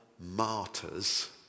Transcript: martyrs